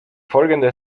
folgende